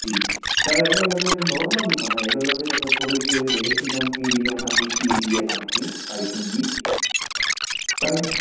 त हेड़ो लॻे त नोर्मली ई पाणे अहिड़ो लॻे थो पोइ थोरी हिकिड़ी कंपनी ॿी ईंदी आ कंपनी पाइपुनि जी पाइप